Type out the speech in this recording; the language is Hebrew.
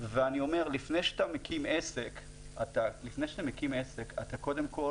ואני אומר, לפני שאתה מקים עסק אתה קודם כל